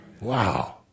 Wow